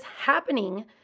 happening